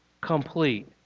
complete